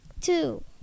two